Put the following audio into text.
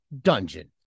dungeon